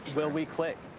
will we click?